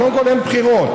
קודם כול, אין בחירות,